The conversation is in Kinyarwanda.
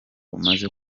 umaze